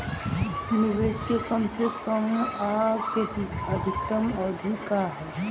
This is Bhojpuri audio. निवेश के कम से कम आ अधिकतम अवधि का है?